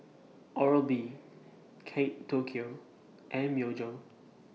Oral B Kate Tokyo and Myojo